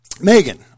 Megan